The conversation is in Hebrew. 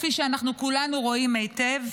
כפי שכולנו רואים היטב,